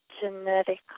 genetic